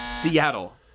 Seattle